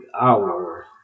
Hour